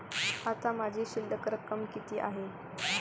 आता माझी शिल्लक रक्कम किती आहे?